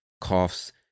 coughs